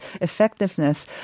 effectiveness